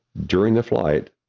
during the flight,